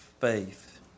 faith